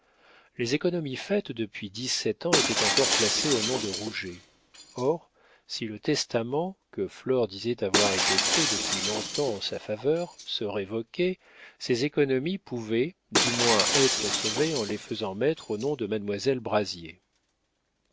les économies faites depuis dix-sept ans étaient encore placées au nom de rouget or si le testament que flore disait avoir été fait depuis longtemps en sa faveur se révoquait ces économies pouvaient du moins être sauvées en les faisant mettre au nom de mademoiselle brazier